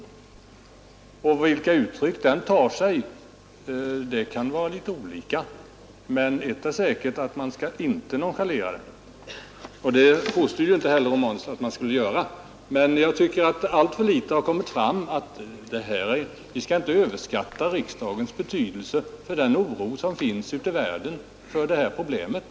Denna oro kan ta sig olika uttryck, men ett är säkert, nämligen att man inte skall nonchalera den. Det påstår ju inte heller herr Romanus att man bör göra. Jag tycker dock att vi inte skall överdriva riksdagens betydelse för den oro som finns ute i världen för det här problemet.